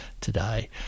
today